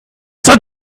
said